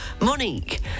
Monique